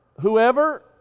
whoever